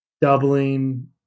doubling